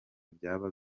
byaba